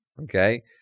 Okay